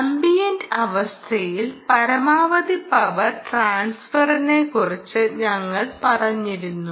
ambient അവസ്ഥയിലുള്ള പരമാവധി power ട്രാൻസ്ഫറിനെക്കുറിച്ച് ഞങ്ങൾ പറഞ്ഞിരുന്നു